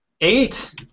Eight